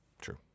true